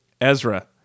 Ezra